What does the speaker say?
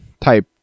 type